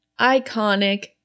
iconic